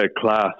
class